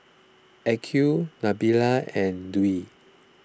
Aqil Nabila and Dwi